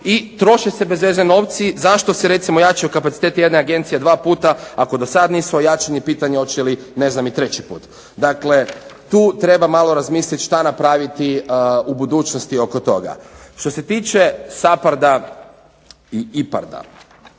i troše se bez veze novci. Zašto se recimo jačaju kapaciteti jedne agencije dva puta? Ako do sad nisu ojačani pitanje hoće li ne znam i treći put. Dakle, tu treba malo razmisliti šta napraviti u budućnosti oko toga. Što se tiče SAPARD-a i IPARD-a